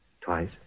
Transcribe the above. Twice